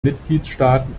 mitgliedstaaten